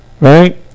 right